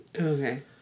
Okay